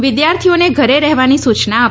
વિદ્યાર્થીઓને ઘરે રહેવાની સૂચના અપાઈ છે